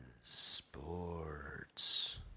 Sports